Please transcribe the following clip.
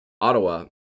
Ottawa